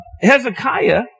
Hezekiah